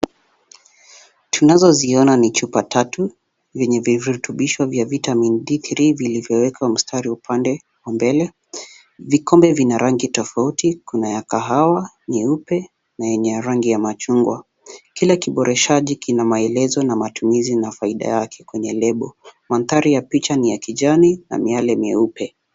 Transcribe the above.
Tunazoziona ni chupa tatu, vyenye virutobisho vya vitamin D three vilivyowekwa mstari upande wa mbele. Vikombe vina rangi tofauti. Kuna ya kahawa, nyeupe, na yenye rangi ya machungwa. Kila kiboreshaji kina maelezo na matumizi na faida yake kwenye lebo. Mandhari ya picha ni ya kijani na miale myeupe.